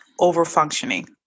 overfunctioning